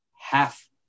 half